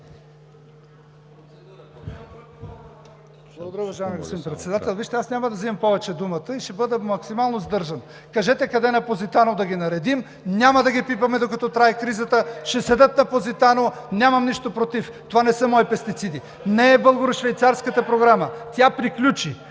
Благодаря, уважаеми господин Председател. Вижте, аз няма да взимам повече думата и ще бъда максимално сдържан. Кажете къде на „Позитано“ да ги наредим? Няма да ги пипаме, докато трае кризата, ще седят на „Позитано“ – нямам нищо против – това не са мои пестициди. Не е и Българо швейцарската програма – тя приключи